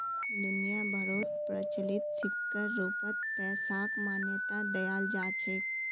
दुनिया भरोत प्रचलित सिक्कर रूपत पैसाक मान्यता दयाल जा छेक